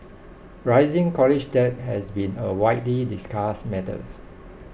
rising college debt has been a widely discussed matters